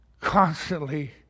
constantly